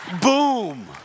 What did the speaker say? Boom